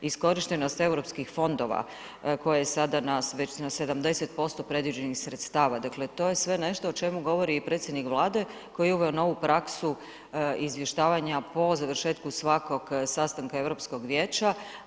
Iskorištenog europskih fondova koje sada već na 70% predviđenih sredstava, dakle to je sve nešto o čemu govori i predsjednik Vlade koji je uveo novu praksu izvještavanja po završetku svakog sastanka Europskog vijeća.